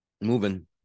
moving